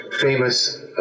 famous